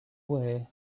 way